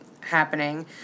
happening